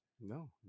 No